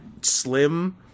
slim